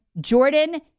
Jordan